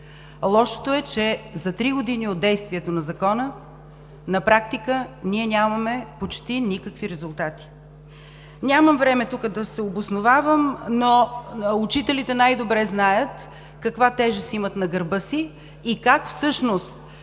Лошото е, че за три години от действието на Закона на практика ние нямаме почти никакви резултати. Нямам време тук да се обосновавам, но учителите най-добре знаят каква тежест имат на гърба си и как всъщност